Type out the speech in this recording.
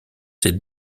ses